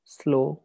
slow